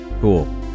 cool